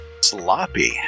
Sloppy